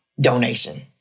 Donation